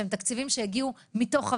שהגיעו מתוך הוועדה,